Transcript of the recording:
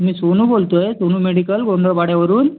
मी सोनू बोलतो आहे सोनू मेडिकल बोंदळपाड्यावरून